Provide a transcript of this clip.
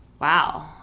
Wow